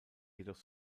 jedoch